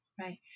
right